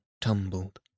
tumbled